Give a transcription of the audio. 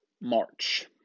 March